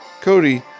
cody